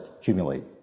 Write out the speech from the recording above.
accumulate